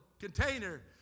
container